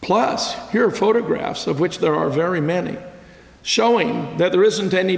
plus here are photographs of which there are very many showing that there isn't any